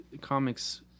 comics